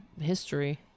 history